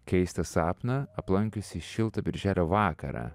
keistą sapną aplankiusį šiltą birželio vakarą